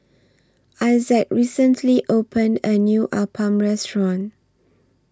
Issac recently opened A New Appam Restaurant